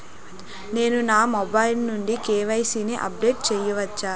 నేను నా మొబైల్ నుండి కే.వై.సీ ని అప్డేట్ చేయవచ్చా?